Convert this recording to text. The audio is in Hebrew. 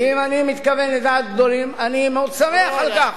ואם אני מתכוון לדעת גדולים, אני מאוד שמח על כך.